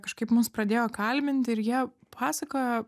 kažkaip mus pradėjo kalbinti ir jie pasakojo